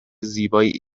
زیبایی